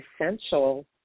essential